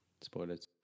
Spoilers